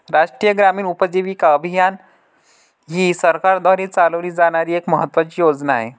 राष्ट्रीय ग्रामीण उपजीविका अभियान ही सरकारद्वारे चालवली जाणारी एक महत्त्वाची योजना आहे